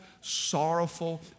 sorrowful